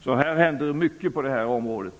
Så det händer mycket på det här området.